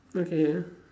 okay